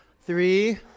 three